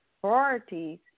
priorities